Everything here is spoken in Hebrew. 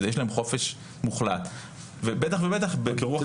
יש להם חופש מוחלט ובטח ובטח באירוע זה.